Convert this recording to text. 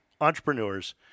entrepreneurs